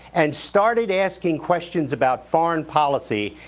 and started asking questions about foreign policy,